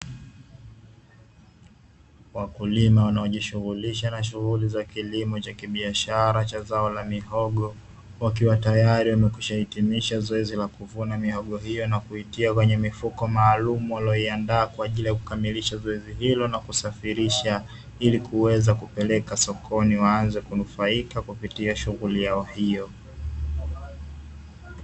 Wakulima wanaojishughulisha na shughuli za kilimo cha kibiashara cha zao la mihogo, wakiwa tayari wamekwisha hitimisha zoezi la kuvuna miogo hiyo na kuitia kwenye mifuko maalumu waliyoiandaa, kwa ajili ya kukamilisha zoezi hilo na kusafirisha, ili kuweza kupeleka sokoni waanze kunufaika kupitia shughuli yao hiyo.